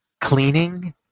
cleaning